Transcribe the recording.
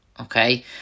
okay